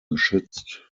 geschützt